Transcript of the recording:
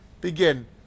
Begin